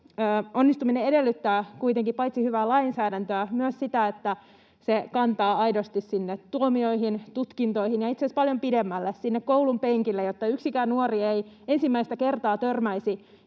Onnistuminen edellyttää kuitenkin paitsi hyvää lainsäädäntöä myös sitä, että se kantaa aidosti sinne tuomioihin, tutkintoihin ja itse asiassa paljon pidemmälle, sinne koulunpenkille, jotta yksikään nuori ei ensimmäistä kertaa törmäisi